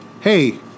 Hey